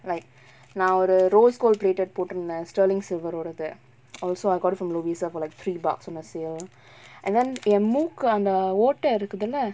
like நா ஒரு:naa oru rose gold plated போட்டிருந்த:potirunthaa sterling silver ஓடது:odathu also I got it from Lovisa for like three bucks on a sale and then என் மூக்கு அந்த ஓட்ட இருக்குதுல:en mooku antha otta irukkuthula